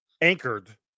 anchored